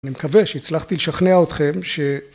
אני מקווה שהצלחתי לשכנע אתכם ש...